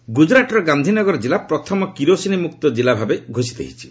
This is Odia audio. ଅମିତ ଶାହା ଗୁଜରାଟର ଗାନ୍ଧିନଗର ଜିଲ୍ଲା ପ୍ରଥମ କିରୋସିନ୍ ମୁକ୍ତ କିଲ୍ଲା ଭାବେ ଘୋଷିତ ହୋଇଛି